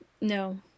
No